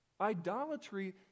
Idolatry